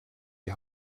die